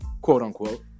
quote-unquote